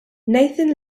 nathan